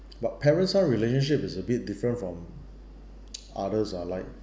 but parents son relationship is a bit different from others ah like